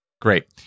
Great